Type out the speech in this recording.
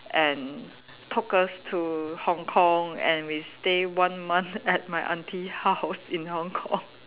and took us to Hong-Kong and we stay one month at my aunty house in Hong-Kong